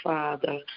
Father